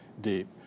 deep